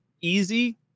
easy